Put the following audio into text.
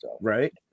right